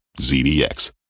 ZDX